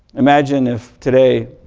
imagine if today,